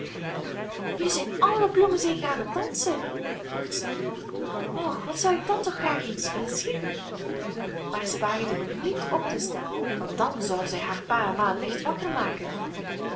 nu zijn al de bloemen zeker aan het dansen dacht zij och wat zou ik dat toch graag eens willen zien maar zij waagde het niet op te staan want dan zou zij haar pa en ma licht wakker maken